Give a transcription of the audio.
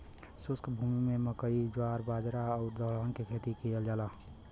शुष्क भूमि में मकई, जवार, बाजरा आउर दलहन के खेती कयल जाला